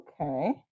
okay